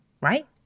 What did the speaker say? right